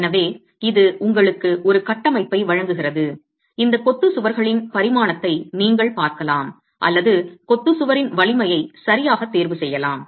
எனவே இது உங்களுக்கு ஒரு கட்டமைப்பை வழங்குகிறது இந்த கொத்து சுவர்களின் பரிமாணத்தை நீங்கள் பார்க்கலாம் அல்லது கொத்து சுவரின் வலிமையை சரியாக தேர்வு செய்யலாம்